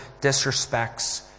disrespects